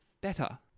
better